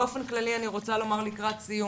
באופן כללי אני רוצה לומר לקראת סיום,